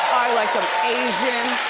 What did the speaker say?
like them asian.